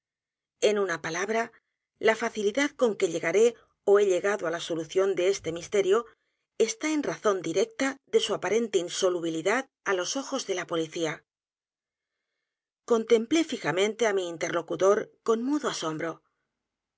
en una palabra la facilidad con que llegaré ó he llegado a l a solución de este misterio está en razón directa de su aparente insolubilidad á los ojos de la policía contemplé fijamente á mi interlocutor con mudo asombro